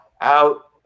out